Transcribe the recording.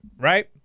right